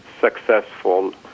successful